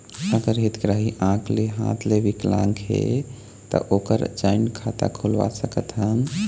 अगर हितग्राही आंख ले हाथ ले विकलांग हे ता ओकर जॉइंट खाता खुलवा सकथन?